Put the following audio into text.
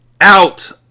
out